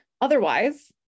Otherwise